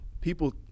People